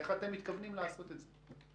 איך אתם מתכוונים לעשות את זה?